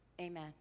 Amen